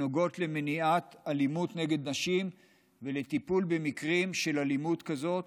הנוגעות למניעת אלימות נגד נשים ולטיפול במקרים של אלימות כזאת